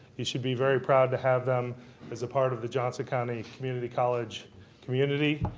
you should be very proud to have them as a part of the johnson county community college community.